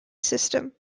system